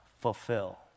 fulfill